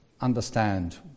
understand